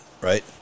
right